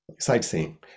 Sightseeing